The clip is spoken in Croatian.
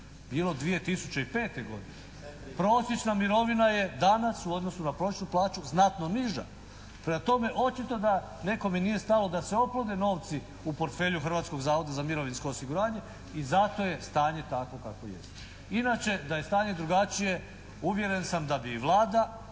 bilo 2005. godine. Prosječna mirovina je danas u odnosu na prošlu plaću znatno niža. Prema tome, očito da nekome nije stalo da se …/Govornik se ne razumije./… novci u portfelju Hrvatskog zavoda za mirovinsko osiguranje i zato je stanje takvo kakvo jest. Inače, da je stanje drugačije uvjeren sam da bi i Vlada,